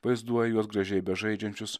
vaizduoja juos gražiai bežaidžiančius